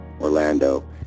Orlando